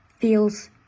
feels